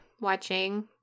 watching